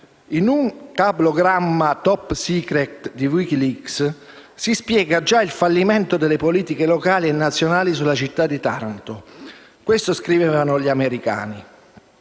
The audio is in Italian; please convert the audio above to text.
In un cablogramma *top secret* pubblicato da Wikileaks, si spiega già il fallimento delle politiche locali e nazionali sulla città di Taranto. Questo scrivevano gli americani: